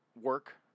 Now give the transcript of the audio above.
work